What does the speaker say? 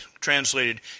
translated